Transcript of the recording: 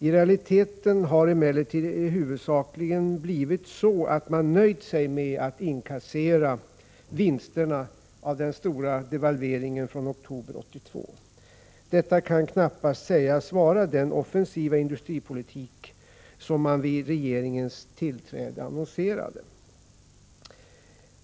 I realiteten har det emellertid huvudsakligen blivit så att man nöjt sig med att inkassera vinsterna av den stora devalveringen från oktober 1982. Detta kan knappast sägas vara den offensiva industripolitik som regeringen vid sitt tillträde annonserade.